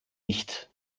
nicht